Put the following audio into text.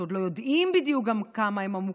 שעוד לא יודעים בדיוק גם כמה הן עמוקות,